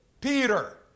Peter